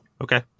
Okay